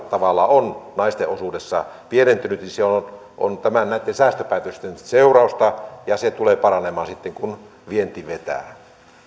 tavalla naisten osuudessa pienentynyt niin se on näitten säästöpäätösten seurausta ja se tulee paranemaan sitten kun vienti vetää